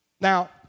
Now